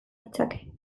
ditzake